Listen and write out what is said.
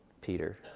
Peter